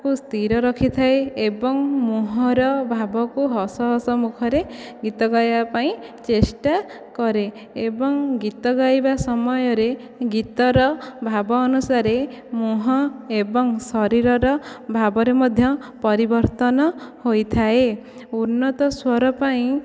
କୁ ସ୍ଥିର ରଖିଥାଏ ଏବଂ ମୁହଁର ଭାବକୁ ହସହସ ମୁଖରେ ଗୀତ ଗାଇବା ପାଇଁ ଚେଷ୍ଟା କରେ ଏବଂ ଗୀତ ଗାଇବା ସମୟରେ ଗୀତର ଭାବ ଅନୁସାରେ ମୁହଁ ଏବଂ ଶରୀରର ଭାବରେ ମଧ୍ୟ ପରିବର୍ତ୍ତନ ହୋଇଥାଏ ଉନ୍ନତ ସ୍ୱର ପାଇଁ